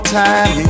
time